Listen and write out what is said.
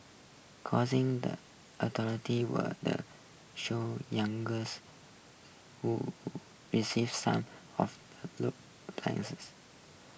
causing the were the show youngest who received some of the places